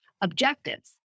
objectives